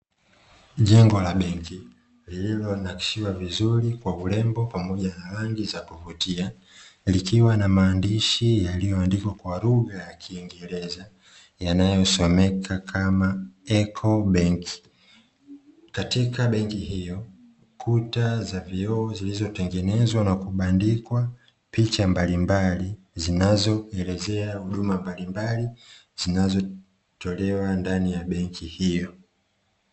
Jengo la benki, lililonakishiwa vizuri kwa urembo pamoja na rangi za kuvutia, likiwa na maandishi yaliyoandikwa kwa lugha ya kiingereza yanayosomeka kama "eco benki", katika benki hiyo kuta za vioo zilizotengenezwa na kubandikwa picha mbalimbali, zinazoelezea huduma mbalimbali zinazotolewa ndani ya benki hiyo.